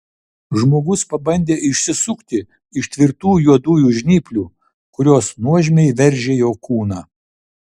žmogus pabandė išsisukti iš tvirtų juodųjų žnyplių kurios nuožmiai veržė jo kūną